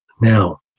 Now